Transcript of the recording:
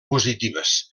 positives